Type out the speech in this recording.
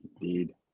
indeed